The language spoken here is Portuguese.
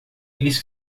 eles